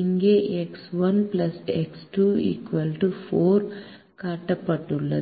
இங்கே x 1 x 2 4 காட்டப்பட்டுள்ளது